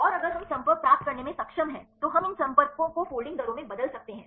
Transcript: और अगर हम संपर्क प्राप्त करने में सक्षम हैं तो हम इन संपर्कों को फोल्डिंग दरों में बदल सकते हैं